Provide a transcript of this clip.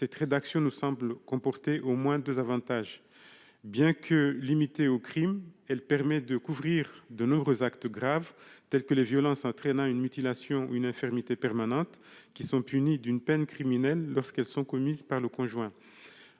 Cette rédaction nous semble comporter au moins deux avantages. Bien qu'elle soit limitée aux crimes, elle permet de couvrir de nombreux actes graves tels que les violences entraînant une mutilation ou une infirmité permanente, qui sont punies d'une peine criminelle lorsqu'elles sont commises par le conjoint.